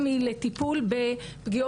וגם לאוכלוסיות אחרות.